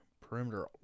perimeter